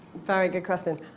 very good question.